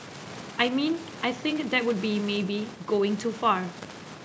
I mean I think that would be maybe going too far